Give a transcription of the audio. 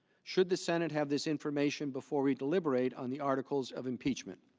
should the senate have this information before we deliberate on the articles of impeachment?